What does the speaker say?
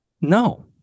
No